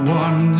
one